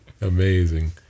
amazing